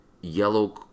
yellow